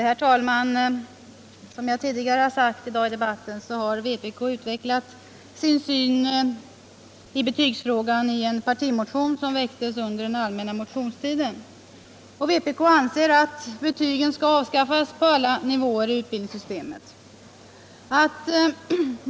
Herr talman! Som jag sagt tidigare i debatten i dag har vpk utvecklat sin syn på betygsfrågan i en partimotion, som väcktes under den allmänna motionstiden. Vpk anser att betygen skall avskaffas på alla nivåer i utbildningssystemet.